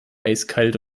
eiskalt